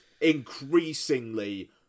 increasingly